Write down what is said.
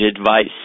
advice